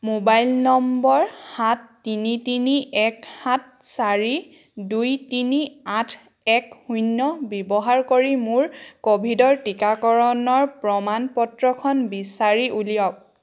mobile নম্বৰ সাত তিনি তিনি এক সাত চাৰি দুই তিনি আঠ এক শূন্য ব্যৱহাৰ কৰি মোৰ ক'ভিডৰ টীকাকৰণৰ প্ৰমাণপত্ৰখন বিচাৰি উলিয়াওক